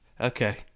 Okay